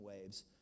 waves